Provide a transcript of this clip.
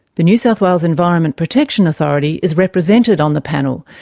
the new south wales environment protection authority is represented on the panel,